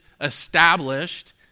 established